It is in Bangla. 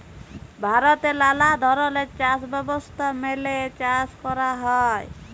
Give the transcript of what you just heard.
ভারতে লালা ধরলের চাষ ব্যবস্থা মেলে চাষ ক্যরা হ্যয়